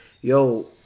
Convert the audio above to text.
yo